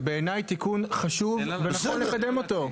זה בעיני תיקון חשוב ונכון לקדם אותו.